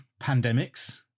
pandemics